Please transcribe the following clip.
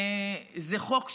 זה חוק חשוב,